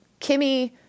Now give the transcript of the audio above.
Kimmy